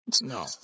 No